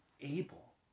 able